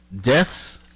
Deaths